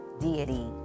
deity